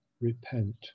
repent